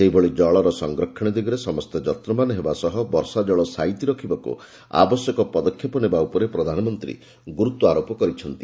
ସେହିଭଳି କଳର ସଂରକ୍ଷଣ ଦିଗରେ ସମସ୍ତେ ଯତ୍ନବାନ ହେବା ସହ ବର୍ଷା ଜଳ ସାଇତି ରଖିବାକୁ ଆବଶ୍ୟକ ପଦକ୍ଷେପ ନେବା ଉପରେ ପ୍ରଧାନମନ୍ତ୍ରୀ ଗୁରୁତ୍ୱାରୋପ କରିଛନ୍ତି